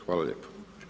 Hvala lijepo.